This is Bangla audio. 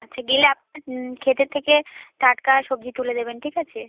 আচ্ছা গেলে আপনার ক্ষেতের থেকে টাটকা সবজি তুলে দেবেন ঠিক আছে